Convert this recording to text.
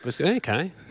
Okay